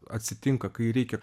atsitinka kai reikia